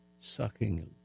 sucking